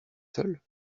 seul